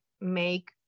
make